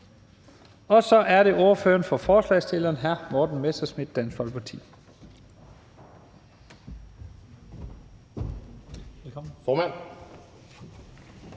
Så er det ordføreren for forslagsstillerne, hr. Morten Messerschmidt, Dansk Folkeparti.